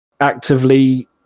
actively